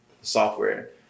software